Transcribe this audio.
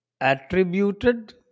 attributed